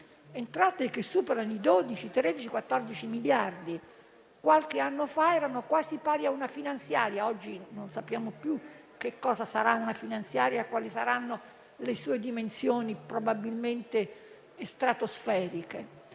entrate che superano i 14 miliardi; qualche anno fa erano quasi pari a una manovra finanziaria. Oggi non sappiamo più che cosa sarà una manovra finanziaria, quali saranno le sue dimensioni, probabilmente stratosferiche,